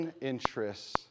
interests